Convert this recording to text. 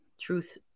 Truth